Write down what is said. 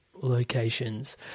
locations